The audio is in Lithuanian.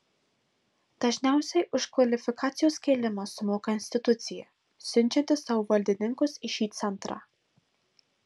dažniausiai už kvalifikacijos kėlimą sumoka institucija siunčianti savo valdininkus į šį centrą